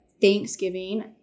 Thanksgiving –